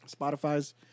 Spotify's